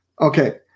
Okay